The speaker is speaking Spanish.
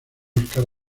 óscar